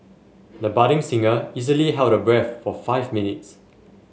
the budding singer easily held her breath for five minutes